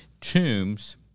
tombs